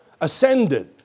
ascended